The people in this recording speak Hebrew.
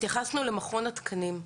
התייחסנו למכון התקנים.